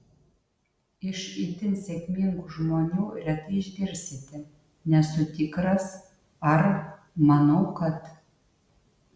iš itin sėkmingų žmonių retai išgirsite nesu tikras ar manau kad